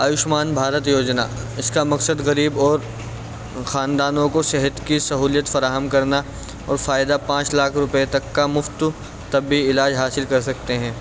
آیوشمان بھارت یوجنا اس کا مقصد غریب اور خاندانوں کو صحت کی سہولت فراہم کرنا اور فائدہ پانچ لاکھ روپے تک کا مفت طبی علاج حاصل کر سکتے ہیں